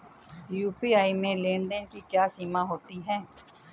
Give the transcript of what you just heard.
UPI में लेन देन की क्या सीमा होती है?